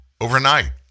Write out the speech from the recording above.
overnight